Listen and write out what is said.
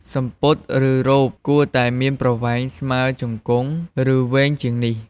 សំពត់ និង រ៉ូបគួរតែមានប្រវែងស្មើជង្គង់ ឬ វែងជាងនេះ។